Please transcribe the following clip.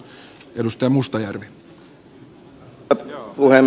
arvoisa puhemies